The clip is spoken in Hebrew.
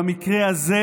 במקרה הזה,